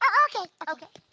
um okay okay.